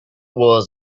was